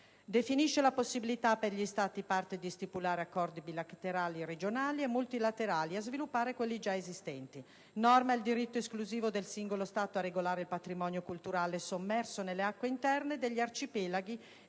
Definisce la possibilità per gli Stati parte di stipulare accordi bilaterali, regionali e multilaterali e di sviluppare quelli già esistenti e norma il diritto esclusivo del singolo Stato a regolare il patrimonio culturale sommerso nelle acque interne, degli arcipelaghi